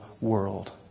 world